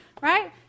right